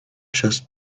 just